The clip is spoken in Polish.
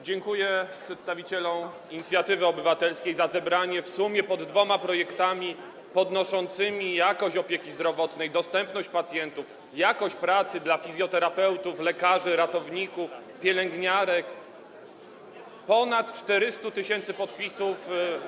Dziękuję przedstawicielom inicjatywy obywatelskiej za zebranie w sumie pod dwoma projektami poprawiającymi jakość opieki zdrowotnej, jej dostępność dla pacjentów, jakość pracy fizjoterapeutów, lekarzy, ratowników, pielęgniarek ponad 400 tys. podpisów.